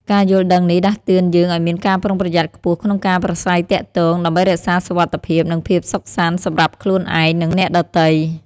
ការយល់ដឹងនេះដាស់តឿនយើងឲ្យមានការប្រុងប្រយ័ត្នខ្ពស់ក្នុងការប្រាស្រ័យទាក់ទង ដើម្បីរក្សាសុវត្ថិភាព និងភាពសុខសាន្តសម្រាប់ខ្លួនឯង និងអ្នកដទៃ។